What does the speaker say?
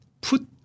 put